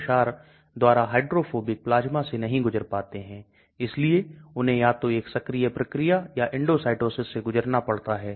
कई अलग अलग सॉफ्टवेयर हैं जो कुछ प्रतिगमन संबंधों के आधार पर LogP की गणना करते हैं